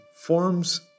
forms